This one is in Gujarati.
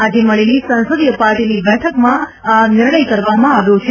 આજે મળેલી સંસદિય પાર્ટીની બેઠકમાં આ નિર્ણય કરવામાં આવ્યો છે